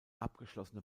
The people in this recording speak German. abgeschlossene